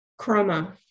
Chroma